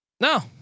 No